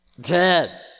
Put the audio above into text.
Dead